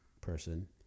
person